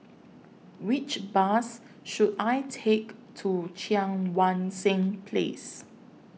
Which Bus should I Take to Cheang Wan Seng Place